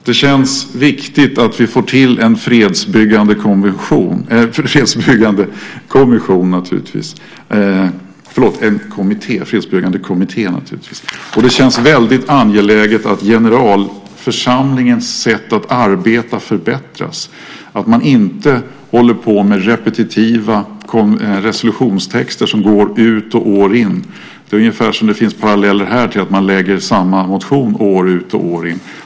Det känns riktigt att vi får till en fredsbyggande kommitté, och det känns väldigt angeläget att generalförsamlingens sätt att arbeta förbättras så att man inte håller på med repetitiva resolutionstexter som går år ut och år in. Det är ungefär som de paralleller som finns här, nämligen att man lägger fram samma motion år ut och år in.